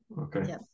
Okay